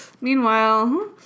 Meanwhile